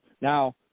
Now